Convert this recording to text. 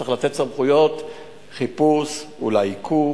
צריך לתת סמכויות חיפוש, אולי עיכוב,